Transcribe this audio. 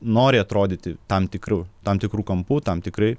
nori atrodyti tam tikru tam tikru kampu tam tikrai